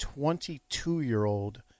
22-year-old